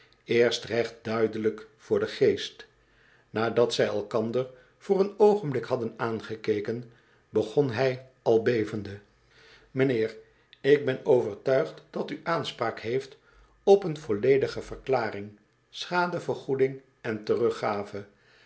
eerst recht duidelijk voor den geest nadat zij elkander voor een oogenblik hadden aangekeken begon hij al bevende mijnheer ik ben overtuigd dat u aanspraak heeft op een volledige verklaring schadevergoeding en teruggave